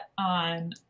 on